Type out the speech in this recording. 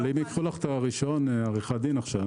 אם ייקחו לך את רישיון עורך הדין עכשיו